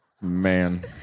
Man